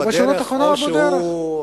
ובשורה התחתונה, הוא בדרך,